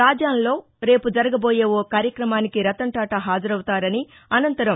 రాజాంలో రేపు జరగబోయే ఓ కార్యక్రమానికి రతన్ టాటా హాజరపుతారని అనంతరం